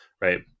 right